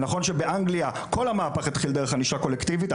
זה נכון שבאנגליה כל המהפך התחיל דרך ענישה קולקטיבית.